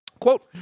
Quote